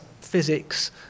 physics